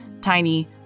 tiny